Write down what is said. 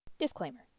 Disclaimer